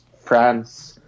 France